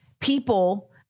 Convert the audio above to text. people